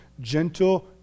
gentle